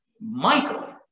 Michael